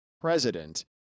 president